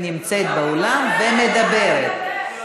חברת הכנסת עאידה תומא סלימאן,